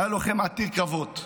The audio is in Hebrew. הוא היה לוחם עתיר קרבות.